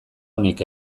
onik